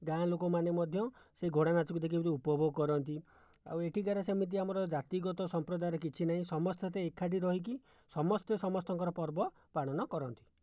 ଗାଁ ଲୋକମାନେ ମଧ୍ୟ ସେ ଘୋଡ଼ା ନାଚକୁ ଦେଖିକି ଉପଭୋଗ କରନ୍ତି ଆଉ ଏଠିକାର ସେମିତି ଆମର ଜାତିଗତ ସମ୍ପ୍ରଦାୟର କିଛି ନାହିଁ ସମସ୍ତେ ସହିତ ଏକାଠି ରହିକି ସମସ୍ତେ ସମସ୍ତଙ୍କର ପର୍ବ ପାଳନ କରନ୍ତି